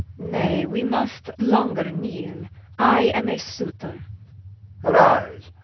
nay, we must longer kneele i am a suitor arise,